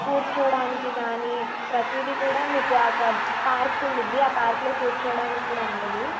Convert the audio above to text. కూర్చోడానికి కానీ ప్రతీది కూడా మీకు ఒక పార్క్ ఉంటుంది ఆ పార్క్లో కూర్చోడానికి కూడా ఉంటుంది